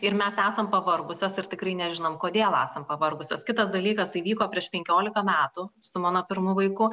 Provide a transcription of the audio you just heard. ir mes esam pavargusios ir tikrai nežinom kodėl esam pavargusios kitas dalykas tai vyko prieš penkiolika metų su mano pirmu vaiku